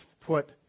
put